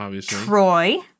Troy